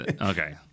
Okay